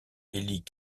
élit